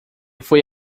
foi